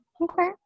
okay